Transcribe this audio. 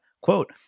Quote